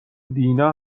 دینا